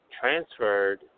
transferred